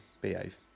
behave